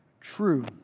true